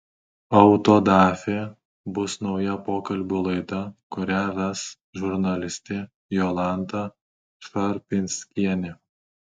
autodafė bus nauja pokalbių laida kurią ves žurnalistė jolanta šarpnickienė